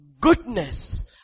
Goodness